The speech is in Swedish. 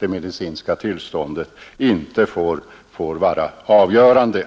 det medicinska tillståndet inte fär vara avgörande.